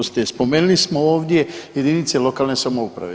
Spomenuli smo ovdje jedinice lokalne samouprave.